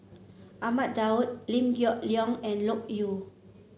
Ahmad Daud Liew Geok Leong and Loke Yew